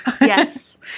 Yes